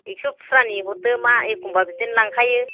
एक्स फुरानि हरदो मा एखमबा बिदिनो लांखायो